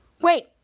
Wait